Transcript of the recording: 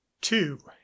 two